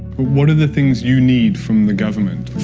ah what are the things you need from the government?